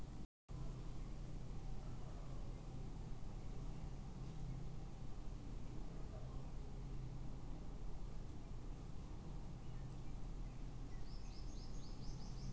ತೆಂಗಿನಕಾಯಿ ತೆಗೆಯಲು ಉಪಯೋಗಿಸುವ ಮಷೀನ್ ಯಾವುದು?